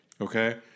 okay